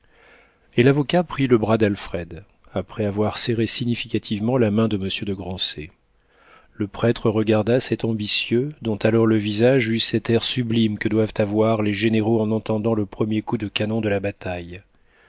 et l'avocat prit le bras d'alfred après avoir serré significativement la main de monsieur de grancey le prêtre regarda cet ambitieux dont alors le visage eut cet air sublime que doivent avoir les généraux en entendant le premier coup de canon de la bataille